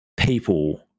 people